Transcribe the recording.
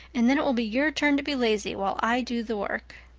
and then it will be your turn to be lazy while i do the work.